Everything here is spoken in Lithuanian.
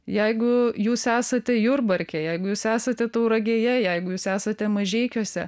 jeigu jūs esate jurbarke jeigu jūs esate tauragėje jeigu jūs esate mažeikiuose